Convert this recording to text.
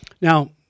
Now